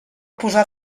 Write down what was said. posar